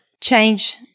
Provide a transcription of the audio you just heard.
change